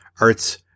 Art's